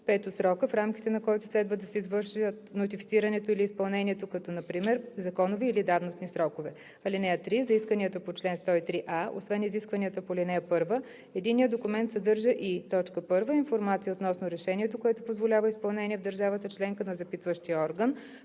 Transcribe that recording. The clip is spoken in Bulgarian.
5. срока, в рамките на който следва да се извършат нотифицирането или изпълнението, като например законови или давностни срокове. (3) За исканията по чл. 103а, освен изискванията по ал. 1, единният документ съдържа и: 1. информация относно решението, което позволява изпълнение в държавата членка на запитващия орган;